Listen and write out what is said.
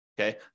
okay